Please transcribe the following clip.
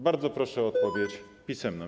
Bardzo proszę o odpowiedź pisemną.